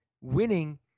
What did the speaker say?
winning –